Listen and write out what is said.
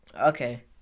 okay